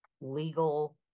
legal